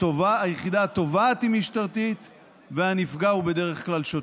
היחידה התובעת היא משטרתית והנפגע הוא בדרך כלל שוטר.